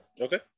okay